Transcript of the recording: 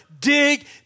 dig